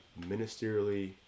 ministerially